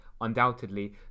undoubtedly